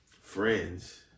friends